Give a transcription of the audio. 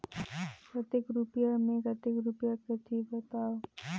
कतेक रुपिया मे कतेक रुपिया कटही बताव?